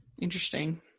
Interesting